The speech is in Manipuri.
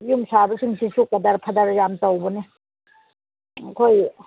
ꯌꯨꯝ ꯁꯥꯕꯁꯤꯡꯁꯤꯁꯨ ꯀꯗꯔ ꯐꯥꯗꯔ ꯌꯥꯝ ꯇꯧꯕꯅꯦ ꯑꯩꯈꯣꯏ